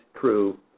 true